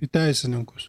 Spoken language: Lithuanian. į teisininkus